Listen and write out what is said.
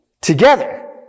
together